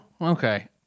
Okay